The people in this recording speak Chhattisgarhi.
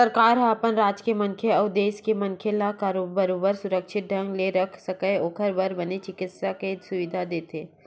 सरकार ह अपन राज के मनखे अउ देस के मनखे मन ला बरोबर सुरक्छित ढंग ले रख सकय ओखर बर बने चिकित्सा के सुबिधा देथे